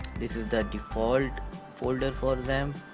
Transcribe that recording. this is the default folder for xampp.